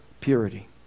purity